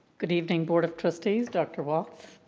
good evening board of trustees, dr. walts.